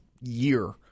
year